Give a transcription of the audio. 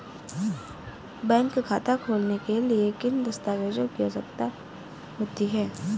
Bank खाता खोलने के लिए किन दस्तावेजों की आवश्यकता होती है?